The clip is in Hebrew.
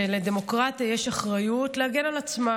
לדמוקרטיה יש אחריות להגן על עצמה,